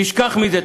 תשכח מזה.